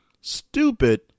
stupid